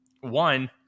one